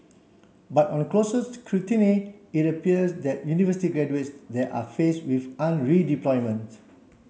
but on closer scrutiny it appears that university graduates there are face with underemployment